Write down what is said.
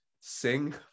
sing